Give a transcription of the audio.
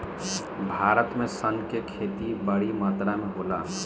भारत में सन के खेती बड़ी मात्रा में होला